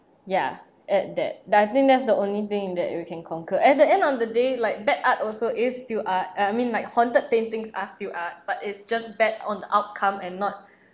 ya at that the I think that's the only thing that we can conquer at the end of the day like bad art also is still art uh I mean like haunted paintings are still art but it's just bad on the outcome and not